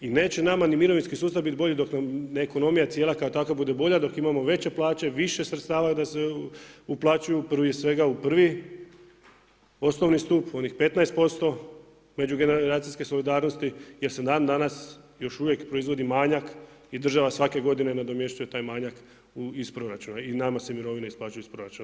I neće nama ni mirovinski sustav biti bolji dok nam ekonomija cijela kao takva bude bolje dok imamo veće plaće, više sredstava da se uplaćuju prije svega u prvi osnovni stup onih 15% međugeneracijske solidarnosti jer se dan danas još uvijek proizvodi manjak i država svake godine nadomješćuje taj manjak iz proračuna i nama se mirovine isplaćuju iz proračuna.